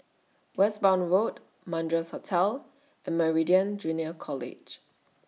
Westbourne Road Madras Hotel and Meridian Junior College